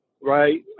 right